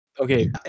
Okay